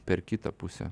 per kitą pusę